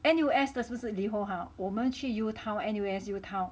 N_U_S 的是不是 Liho !huh! 我们去 U_TOWN N_U_S U_TOWN